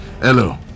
Hello